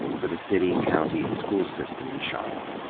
for the city, county, and school system in charlotte.